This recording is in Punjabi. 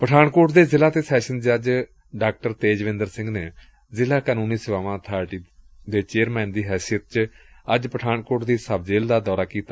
ਪਠਾਨਕੋਟ ਦੇ ਜ਼ਿਲਾ ਅਤੇ ਸੈਸ਼ਨਜ਼ ਜੱਜ ਡਾ ਤੇਜਵਿਦਰ ਸਿੰਘ ਨੇ ਜ਼ਿਲਾ ਕਾਠੂੰਨੀ ਸੇਵਾਵਾਂ ਅਬਾਰਟੀ ਦੇ ਚੇਅਰਮੈਨ ਦੈ ਹੈਸੀਅਤ ਚ ਅੱਜ ਪਠਾਨਕੋਟ ਦੀ ਸਬ ਜੇਲ੍ ਦਾ ਦੌਰਾ ਕੀਤਾ